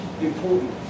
important